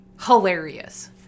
hilarious